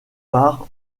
part